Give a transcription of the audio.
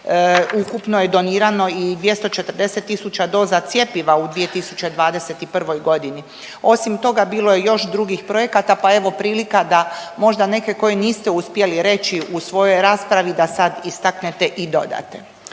ukupno je donirano i 240 tisuća doza cjepiva u 2021.g.. Osim toga bilo je još drugih projekata pa evo prilika da možda neke koje niste uspjeli reći u svojoj raspravi da sad istaknete i dodate.